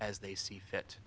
as they see fit